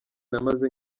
namaze